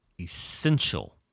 essential